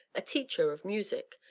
a teacher of music,